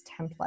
template